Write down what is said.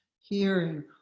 hearing